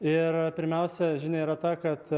ir pirmiausia žinia yra ta kad